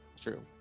true